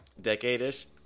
Decade-ish